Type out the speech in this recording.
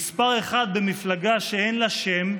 מספר 1 במפלגה שאין לה שם,